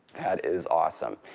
that is awesome.